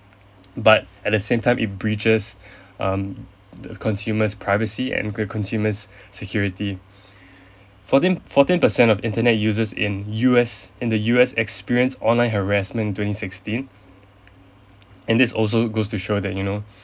but at the same time it breaches um the consumers privacy and the consumers security fourteen fourteen percent of internet users in U_S in the U_S experience online harassment in twenty sixteen and this also goes to shows that you know